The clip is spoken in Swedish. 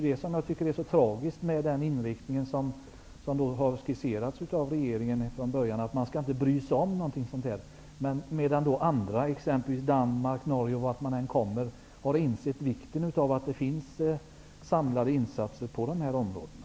Det är tragiskt med den inriktning som regeringen från början skisserade, att man inte här skall bry sig om någonting sådant, medan andra länder, exempelvis Danmark och Norge, har insett vikten av att det finns samlade insatser på de här områdena.